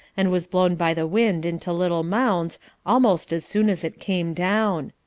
and was blown by the wind into little mounds almost as soon as it came down.